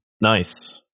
Nice